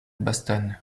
boston